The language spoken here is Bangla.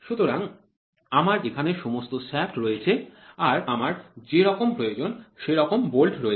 সুতরাং আমার এখানে সমস্ত শ্যাফ্ট রয়েছে আর আমার যেরকম প্রয়োজন সেরকম বোল্ট রয়েছে